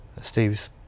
Steve's